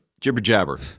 jibber-jabber